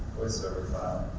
voiceover file,